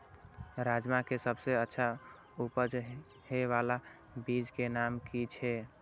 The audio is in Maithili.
राजमा के सबसे अच्छा उपज हे वाला बीज के नाम की छे?